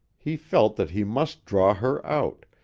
he felt that he must draw her out,